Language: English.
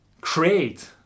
create